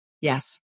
Yes